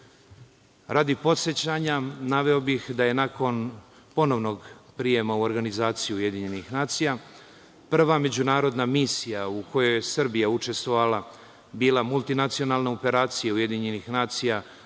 Radi podsećanja naveo bih da je nakon ponovnog prijema u organizaciji UN, prva međunarodna misija u kojoj je Srbija učestvovala bila multinacionalna operacija UN u